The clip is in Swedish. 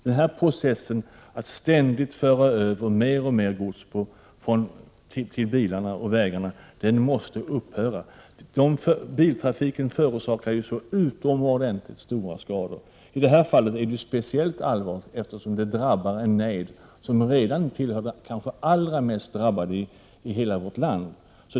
Denna process att ständigt föra över mer gods till bilarna och vägarna måste upphöra. Biltrafiken förorsakar ju så oerhört stora skador. I det här fallet är det speciellt allvarligt eftersom det drabbar en nejd som redan tillhör den kanske allra mest drabbade i vårt land.